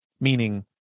meaning